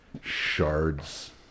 shards